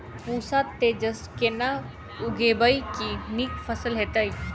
पूसा तेजस केना उगैबे की नीक फसल हेतइ?